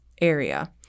area